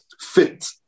fit